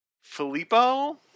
Filippo